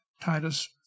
Titus